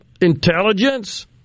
intelligence